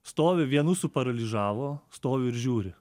stovi vienus suparalyžavo stovi ir žiūri